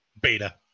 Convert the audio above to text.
beta